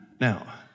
Now